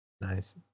Nice